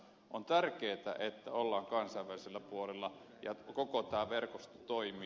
on tärkeätä että ollaan kansainvälisellä puolella ja koko tämä verkosto toimii